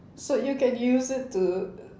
so you can use it to